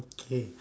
okay